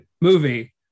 movie